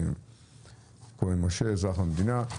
כהן משה, אזרח המדינה.